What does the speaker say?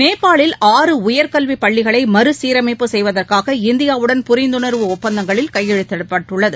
நேபாளில் ஆறு உயர்கல்வி பள்ளிகளை மறுசீரமைப்பு செய்வதற்காக இந்தியாவுடன் புரிந்துணர்வு ஒப்பந்தங்களில் கையெழுதிடப்பட்டுள்ளது